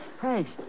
Thanks